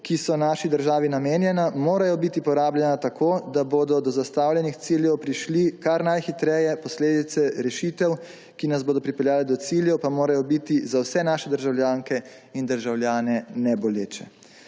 ki so naši državi namenjana, morajo biti porabljena tako, da se bo do zastavljenih ciljev prišlo kar najhitreje, posledice rešitev, ki nas bodo pripeljale do ciljev, pa morajo biti za vse naše državljanke in državljane neboleče.